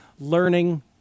learning